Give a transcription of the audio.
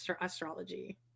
astrology